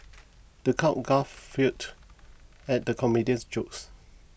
the crowd guffawed at the comedian's jokes